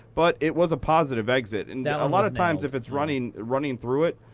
but it was a positive exit. and a lot of times if it's running running through it,